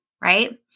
right